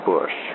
Bush